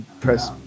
press